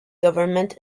government